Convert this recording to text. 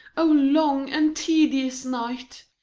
o long and tedious night,